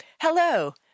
hello